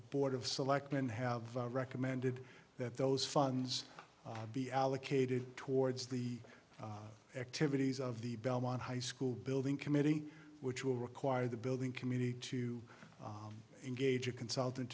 board of selectmen have recommended that those funds be allocated towards the activities of the belmont high school building committee which will require the building community to engage a consultant